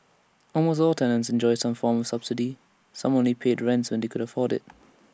almost all tenants enjoyed some form subsidy some only paid rents when they could afford IT